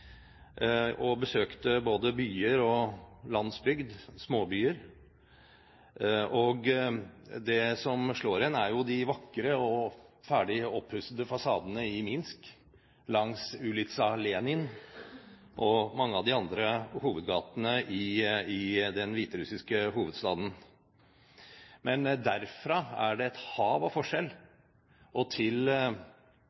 og besøkte både byer og landsbygd, småbyer, og det som slår en, er jo de vakre og ferdig oppussede fasadene i Minsk langs ulyza Lenin og mange av de andre hovedgatene i den hviterussiske hovedstaden. Men derfra er det et hav av forskjell